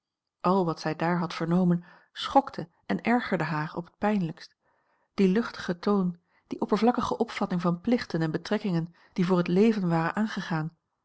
al wat zij daar had vernomen schokte en ergerde haar op het pijnlijkst die luchtige toon die oppervlakkige opvatting van plichten en betrekkingen die voor het leven waren aangegaan